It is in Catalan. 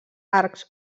arcs